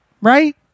right